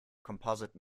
composite